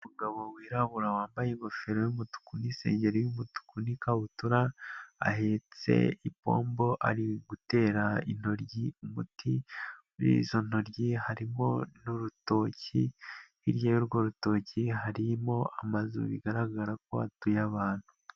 Umugabo wirabura wambaye ingofero y'umutuku n'isengeri y'umutuku n'ikabutura, ahetse ipombo ari gutera intoryi umuti, muri izo ntoryi harimo n'urutoki, hirya y'urwo rutoki harimo amazu bigaragara ko hatuye abantu.